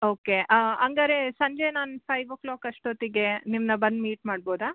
okay ಹಂಗಾದ್ರೆ ಸಂಜೆ ನಾನು ಫೈವ್ ಒ ಕ್ಲಾಕ್ ಅಷ್ಟೊತ್ತಿಗೆ ನಿಮ್ಮನ್ನ ಬಂದು ಮೀಟ್ ಮಾಡ್ಬೋದಾ